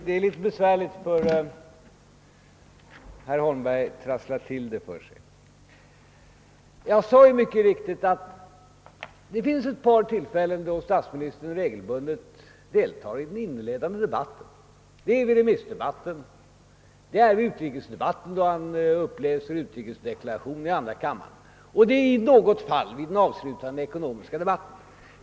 Herr talman! Herr Holmberg trasslar till det och gör det litet besvärligt för sig. Jag sade mycket riktigt att det finns några tillfällen då statsministern regelbundet deltar i den inledande debatten, nämligen i remissdebatter, i utrikesde batter — då han läser upp regeringsdeklarationen i andra kammaren — samt i något fall i den avslutande ekonomiska debatten.